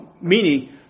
Meaning